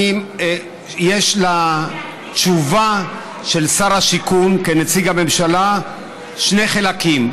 יש לתשובה של שר השיכון כנציג הממשלה שני חלקים.